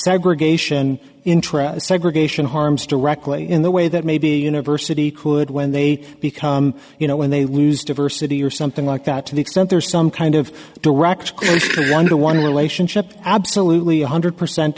segregation intra segregation harms directly in the way that maybe university could when they become you know when they lose diversity or something like that to the extent there is some kind of direct under one of the relationship absolutely one hundred percent